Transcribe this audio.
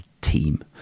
team